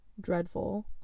dreadful